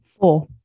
Four